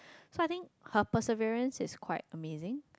so I think her person variance is quite amazing